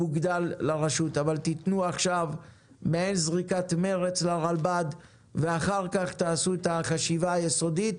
תנו עכשיו מעין זריקת מרץ לרלב"ד ואחר כך תבצעו חשיבה יסודית.